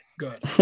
Good